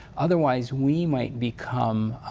otherwise, we might become